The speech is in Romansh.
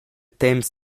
temps